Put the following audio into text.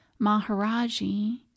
Maharaji